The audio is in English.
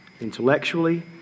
intellectually